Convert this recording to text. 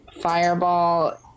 Fireball